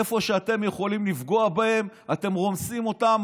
איפה שאתם יכולים לפגוע בהם אתם רומסים אותם,